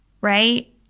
right